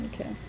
Okay